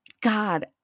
God